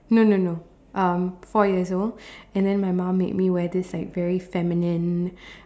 no no no um four years old and then my mum made me wear this like very feminine